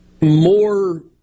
more